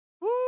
Woo